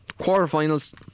quarterfinals